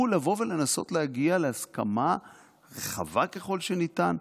היא לנסות להגיע להסכמה רחבה ככל שניתן,